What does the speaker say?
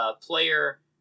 player